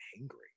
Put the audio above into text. angry